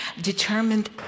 determined